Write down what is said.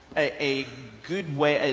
a good way, a